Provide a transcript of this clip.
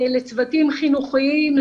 לצוותים חינוכיים,